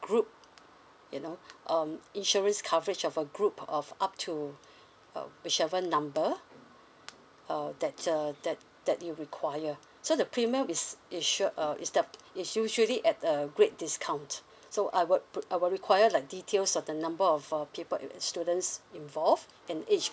group you know um insurance coverage of a group of up to uh whichever number uh that uh that that you require so the premium is insured uh is the is usually at a great discount so I would pu~ I will require like details of the number of uh people it w~ students involved and age